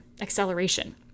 acceleration